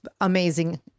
amazing